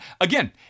again